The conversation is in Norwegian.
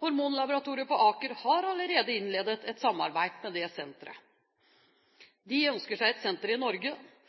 Hormonlaboratoriet på Aker har allerede innledet et samarbeid med det senteret. De ønsker seg et senter i Norge